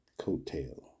coattail